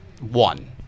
one